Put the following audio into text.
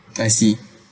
I see